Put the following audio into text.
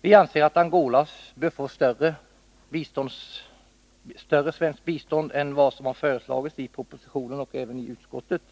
Vi anser att Angola bör få ett större svenskt bistånd än vad som har föreslagits i propositionen och även av utskottet.